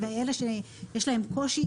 אלה שיש להם קושי,